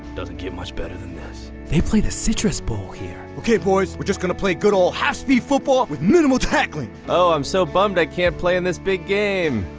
doesn't get much better than this. they play the citrus bowl here. ok boys, we're just going to play good ol' half-speed football with minimal tackling. oh, i'm so bummed i can't play in this big game.